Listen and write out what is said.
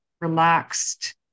relaxed